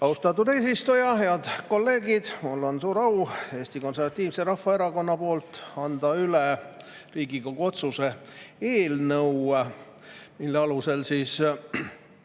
Austatud eesistuja! Head kolleegid! Mul on suur au anda Eesti Konservatiivse Rahvaerakonna poolt üle Riigikogu otsuse eelnõu, mille alusel tehakse